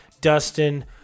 Dustin